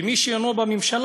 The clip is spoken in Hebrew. ומי שאינו בממשלה,